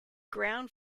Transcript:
ground